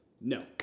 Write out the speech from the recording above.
No